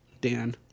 Dan